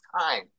time